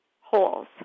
holes